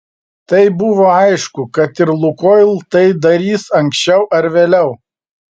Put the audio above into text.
tai buvo aišku kad ir lukoil tai darys anksčiau ar vėliau